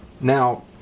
Now